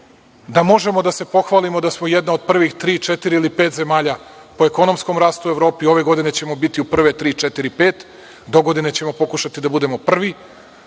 da možemo da se pohvalimo da smo jedna od prvih tri ili četiri zemalja po ekonomskom rastu u Evropi, ove godine ćemo biti u prve tri, četiri ili pet, a dogodine ćemo pokušati da budemo prvi,